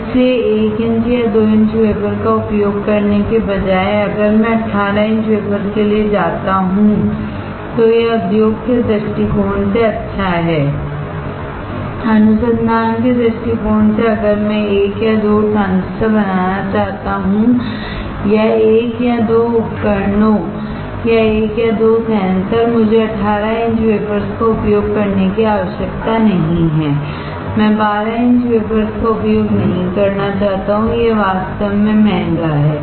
इसलिए 1 इंच या 2 inch wafer का उपयोग करने के बजाय अगर मैं 18 इंच वेफर के लिए जाता हूं तो यह उद्योग के दृष्टिकोण से अच्छा है अनुसंधान के दृष्टिकोण से अगर मैं 1 या 2 ट्रांजिस्टर बनाना चाहता हूं या 1 या 2उपकरणों या 1 या 2 सेंसर मुझे 18 इंच वेफर्स का उपयोग करने की आवश्यकता नहीं है मैं 12 इंच वेफर्स का उपयोग नहीं करना चाहता हूं यह वास्तव में महंगा है